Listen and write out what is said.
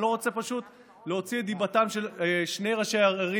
אני לא רוצה פשוט להוציא את דיבתם של שני ראשי ערים,